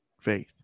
Faith